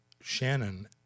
Shannon